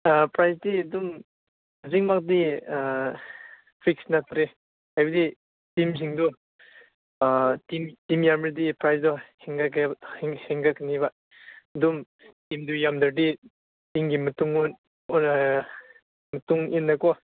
ꯄ꯭ꯔꯥꯏꯖꯇꯤ ꯑꯗꯨꯝ ꯍꯧꯖꯤꯛꯃꯛꯇꯤ ꯐꯤꯛꯁ ꯅꯠꯇ꯭ꯔꯤ ꯍꯥꯏꯕꯗꯤ ꯇꯤꯝꯁꯤꯡꯗꯨ ꯇꯤꯝ ꯇꯤꯝ ꯌꯥꯝꯂꯗꯤ ꯄ꯭ꯔꯥꯏꯖꯇꯣ ꯍꯦꯟꯒꯠꯀꯅꯤꯕ ꯑꯗꯨꯝ ꯇꯤꯝꯗꯨ ꯌꯥꯝꯗ꯭ꯔꯗꯤ ꯇꯤꯝꯒꯤ ꯃꯇꯨꯡ ꯑꯣꯏꯅ ꯃꯇꯨꯡ ꯏꯟꯅꯀꯣ